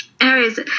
areas